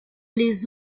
les